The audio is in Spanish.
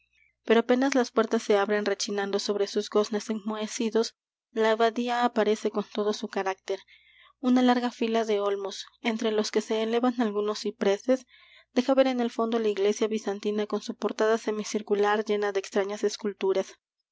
pero apenas las puertas se abren rechinando sobre sus goznes enmohecidos la abadía aparece con todo su carácter una larga fila de olmos entre los que se elevan algunos cipreses deja ver en el fondo la iglesia bizantina con su portada semicircular llena de extrañas esculturas